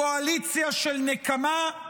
קואליציה של נקמה,